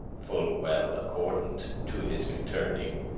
full well accordant to his giterning.